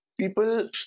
people